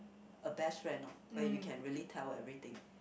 a best friend lor where you can really tell everything